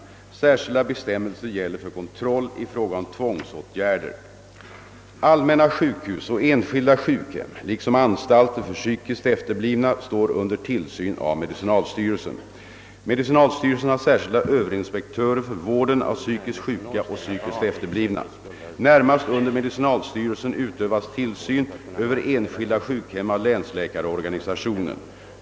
Särskilda bestämmelser gäller för kontroll i fråga om tvångsåtgärder. Allmänna sjukhus och enskilda sjukhem liksom anstalter för psykiskt efterblivna står under tillsyn av medicinalstyrelsen. Medicinalstyrelsen har särskilda överinspektörer för vården av psykiskt sjuka och psykiskt efterblivna. Närmast under medicinalstyrelsen utövas tillsyn över enskilda sjukhem av länsläkarorganisationen.